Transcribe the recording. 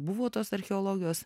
buvo tos archeologijos